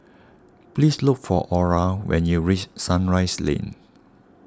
please look for Ora when you reach Sunrise Lane